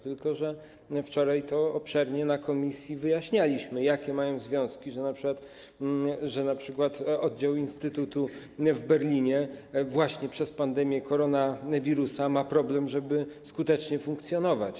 Tylko że wczoraj obszernie w komisji wyjaśnialiśmy, jakie mają związki, że np. oddział instytutu w Berlinie właśnie przez pandemię koronawirusa ma problem, żeby skutecznie funkcjonować.